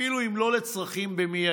אפילו אם לא לצרכים במיידי,